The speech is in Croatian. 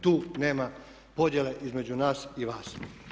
Tu nema podjele između nas i vas.